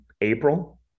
April